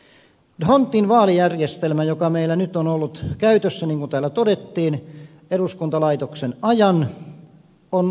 d hondtin vaalijärjestelmä joka meillä nyt on ollut käytössä niin kuin täällä todettiin eduskuntalaitoksen ajan on selkeä